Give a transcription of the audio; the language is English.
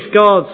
gods